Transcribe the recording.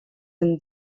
and